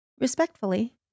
respectfully